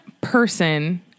person